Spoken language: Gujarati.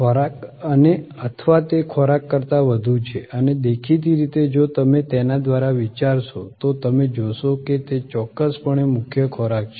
ખોરાક અને અથવા તે ખોરાક કરતાં વધુ છે અને દેખીતી રીતે જો તમે તેના દ્વારા વિચારશો તો તમે જોશો કે તે ચોક્કસપણે મુખ્ય ખોરાક છે